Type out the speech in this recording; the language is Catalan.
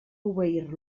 obeir